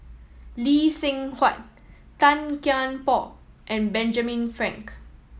Lee Seng Huat Tan Kian Por and Benjamin Frank